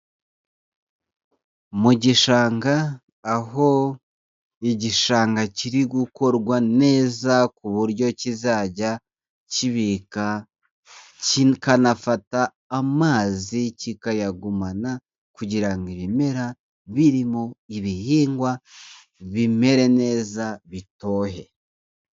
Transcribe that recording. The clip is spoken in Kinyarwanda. Mu gishanga aho igishanga kiri gukorwa neza ku buryo kizajya kibika kikanafata amazi kikayagumana kugira ibimera biri mo ibihingwa bimere neza bitohe.